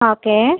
okay